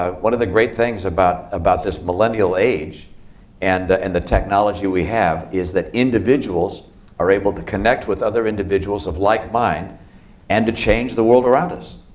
ah one of the great things about about this millennial age and and the technology we have is that individuals are able to connect with other individuals of like mind and to change the world around us.